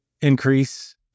increase